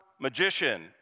magician